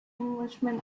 englishman